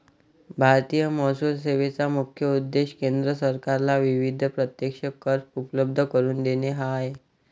भारतीय महसूल सेवेचा मुख्य उद्देश केंद्र सरकारला विविध प्रत्यक्ष कर उपलब्ध करून देणे हा आहे